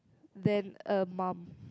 than a mum